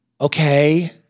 okay